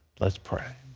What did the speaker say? let's pray.